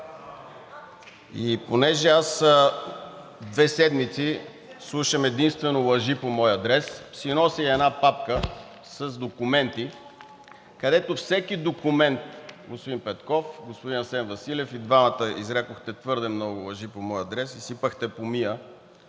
И понеже аз две седмици слушам единствено лъжи по мой адрес, си нося и една папка с документи. Господин Петков, господин Асен Василев, и двамата изрекохте твърде много лъжи по мой адрес – изсипахте помия,